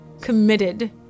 committed